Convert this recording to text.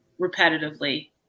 repetitively